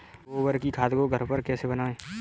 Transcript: गोबर की खाद को घर पर कैसे बनाएँ?